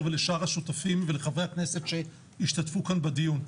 ולשאר השותפים ולחברי הכנסת שהשתתפו כאן בדיון.